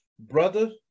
Brother